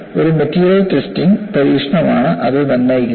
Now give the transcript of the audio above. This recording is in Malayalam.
ഒരു മെറ്റീരിയൽ ടെസ്റ്റിംഗ് പരീക്ഷണമാണ് അത് നിർണ്ണയിക്കുന്നത്